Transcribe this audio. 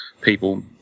people